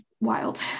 wild